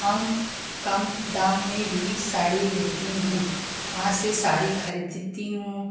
हम कम दाम में भी साड़ी लेती हूँ वहाँ से साड़ी खरीदती हूँ